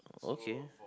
okay